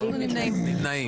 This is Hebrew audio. אנחנו נמנעים.